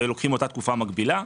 לוקחים אותה תקופה מקבילה.